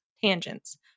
tangents